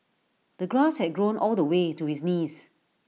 the grass had grown all the way to his knees